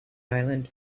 island